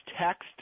text